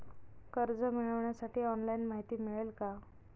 कर्ज मिळविण्यासाठी ऑनलाइन माहिती मिळेल का?